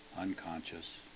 unconscious